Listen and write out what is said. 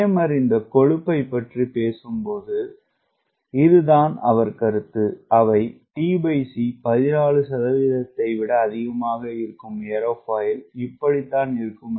Raymer இந்த கொழுப்பைப் பற்றி பேசும் போது இதுதான் அவர் கருத்து அவை t c 14 ஐ விட அதிகமாக இருக்கும் ஏரோஃபாயில் இப்படிதான் இருக்கும்